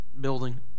building